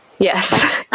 Yes